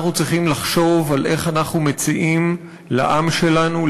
אנחנו צריכים לחשוב איך אנחנו מציעים לעם שלנו,